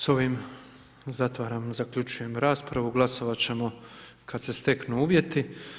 S ovim zatvaram zaključujem raspravu, glasovati ćemo kada se steknu uvjeti.